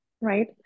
right